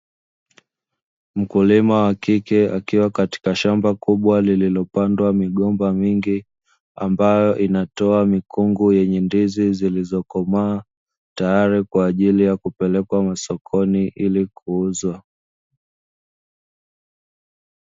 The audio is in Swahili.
Mkulima wa kike akiwa katika shamba kubwa lililopandwa migomba mingi, ambayo inatoa mikungu yenye ndizi zilizokomaa, tayari kwa ajili ya kupelekwa masokoni ili kuuzwa.